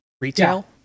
retail